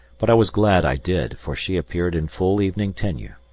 but i was glad i did, for she appeared in full evening tenue.